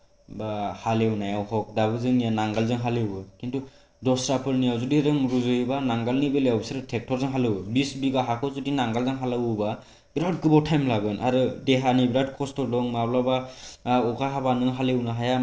बा हाल एवनायाव हख दाबो जोंनियाव नांगोलजों हाल एवो खिन्थु दस्राफोरनियाव जों रुजुयोब्ला नांगोलनि बेलायाव बिसोर ट्रेक्टर जों हाल एवो बिस बिघा हायाव जुदि नांगोलजों हाल एवोबा बेराद गोबाव थाइम लागोन आरो देहानिबो खस्थ दं माब्लाबा अखा हाब्ला नों हाल एवनो हाया माब्लाबा